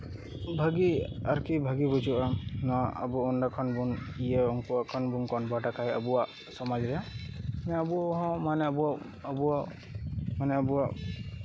ᱵᱷᱟᱜᱤ ᱟᱨᱠᱤ ᱵᱷᱟᱜᱤ ᱵᱩᱡᱷᱟᱹᱜᱼᱟ ᱟᱵᱚ ᱚᱸᱰᱮ ᱠᱷᱚᱱ ᱵᱚᱱ ᱤᱭᱟᱹ ᱩᱱᱠᱩᱣᱟᱜ ᱠᱷᱚᱱ ᱵᱚᱱ ᱠᱚᱱᱵᱷᱟᱴ ᱟᱠᱟᱫᱟ ᱟᱵᱚᱣᱟᱜ ᱥᱚᱢᱟᱡᱨᱮ ᱟᱵᱚ ᱦᱚᱸ ᱢᱟᱱᱮ ᱟᱵᱚᱣᱟᱜ ᱢᱟᱱᱮ ᱟᱵᱚᱣᱟᱜ